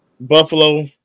Buffalo